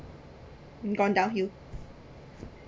gone downhill